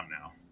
now